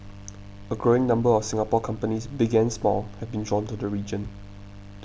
a growing number of Singapore companies big and small have been drawn to the region